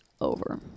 over